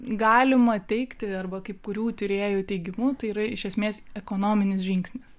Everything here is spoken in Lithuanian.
galima teigti arba kai kurių tyrėjų teigimu tai yra iš esmės ekonominis žingsnis